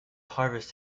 harvest